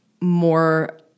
more